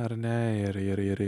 ar ne ir ir